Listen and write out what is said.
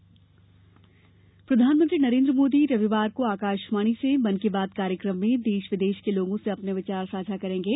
मन की बात प्रधानमंत्री नरेन्द्र मोदी रविवार को आकाशवाणी से मन की बात कार्यक्रम में देश विदेश के लोगों से अपने विचार साझा करेंगे